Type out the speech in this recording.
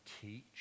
teach